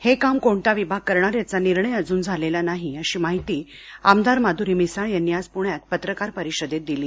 हे काम कोणता विभाग करणार याचा निर्णय अजून झालेला नाही अशी माहिती आमदार माधुरी मिसळ यांनी आज प्ण्यात पत्रकार परिषदेत दिली